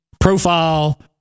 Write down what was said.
profile